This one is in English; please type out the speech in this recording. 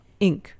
Inc